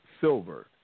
silver